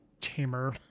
tamer